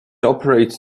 operates